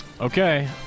Okay